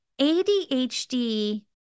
ADHD